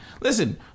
listen